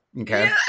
Okay